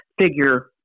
figure